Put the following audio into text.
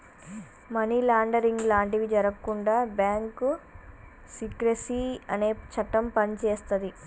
money laundering లాంటివి జరగకుండా bank secrecy అనే చట్టం పనిచేస్తది